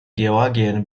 georgien